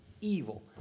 evil